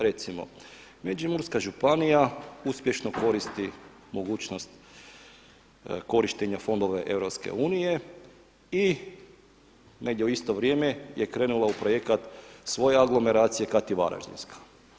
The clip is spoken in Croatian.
Recimo Međimurska županija uspješno koristi mogućnost korištenja fondova EU i negdje u isto vrijeme je krenula u projekat svoje anglomeracije kad i Varaždinska.